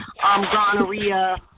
gonorrhea